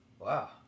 Wow